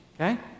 okay